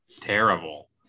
terrible